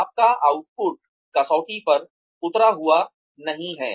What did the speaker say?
आपका आउटपुट कसौटी पर उतरा हुआ नहीं है